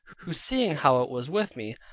who seeing how it was with me,